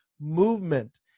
movement